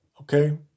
Okay